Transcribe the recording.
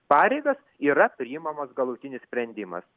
pareigas yra priimamas galutinis sprendimas